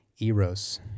eros